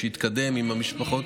שיתקדם עם המשפחות,